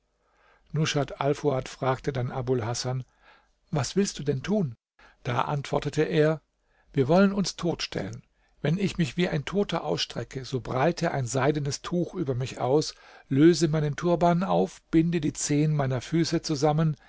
alfuad fragte dann abul hasan was willst du denn tun da antwortete er wir wollen uns tot stellen wenn ich mich wie ein toter ausstrecke so breite ein seidenes tuch über mich aus löse meinen turban auf binde die zehen meiner füße zusammen